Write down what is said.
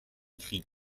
krieg